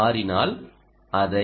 மாறினால் அதை